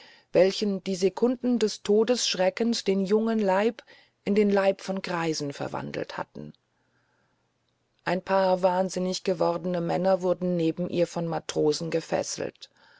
welchen die sekunden des todesschreckens den jungen leib in den leib von greisen verwandelt hatten ein paar wahnsinnig gewordene männer wurden neben ihr von matrosen gefesselt